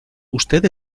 usted